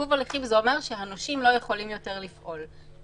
זה אומר שהנושים לא יכולים יותר לפעול.